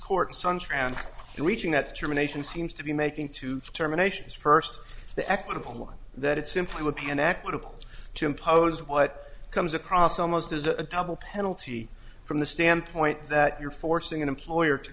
in reaching that termination seems to be making two terminations first the equitable one that it simply would be an equitable to impose what comes across almost as a double penalty from the standpoint that you're forcing an employer to